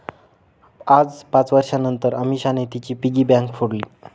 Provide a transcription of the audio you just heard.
आज पाच वर्षांनतर अमीषाने तिची पिगी बँक फोडली